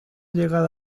llegado